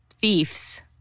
thieves